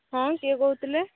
ହଁ କିଏ କହୁଥିଲେ